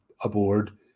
aboard